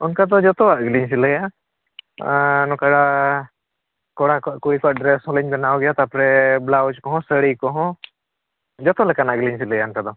ᱚᱱᱠᱟ ᱫᱚ ᱡᱚᱛᱚᱣᱟᱜ ᱜᱮᱞᱤᱧ ᱥᱤᱞᱟᱹᱭᱟ ᱟ ᱱᱚᱠᱟ ᱠᱚᱲᱟ ᱠᱚᱣᱟᱜ ᱠᱩᱞᱤ ᱠᱚᱣᱟ ᱰᱨᱮᱹᱥ ᱦᱚᱸ ᱞᱤᱧ ᱵᱮᱱᱟᱣ ᱜᱮᱭᱟ ᱛᱟᱯᱚᱨᱮ ᱵᱞᱟᱭᱩᱡᱽ ᱥᱟᱺᱲᱤ ᱠᱚᱦᱚᱸ ᱡᱚᱛᱚ ᱞᱮᱠᱟᱱᱟᱜ ᱜᱮᱞᱤᱧ ᱥᱤᱞᱟᱹᱭᱟ ᱚᱱᱠᱟ ᱫᱚ